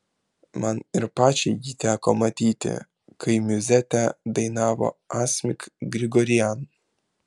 man ir pačiai jį teko matyti kai miuzetę dainavo asmik grigorian